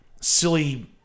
silly